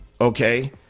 okay